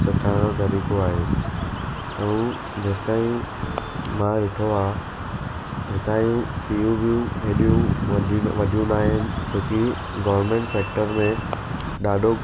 सिखाइण जो तरीको आहे ऐं जेसीताईं मां ॾिठो आहे हितां जूं फ़ियूं वियूं हेॾियूं वॾियूं न आहिनि छो की गवर्नमेंट सैक्टर में ॾाढो